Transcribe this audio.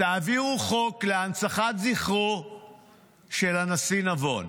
תעבירו חוק להנצחת זכרו של הנשיא נבון.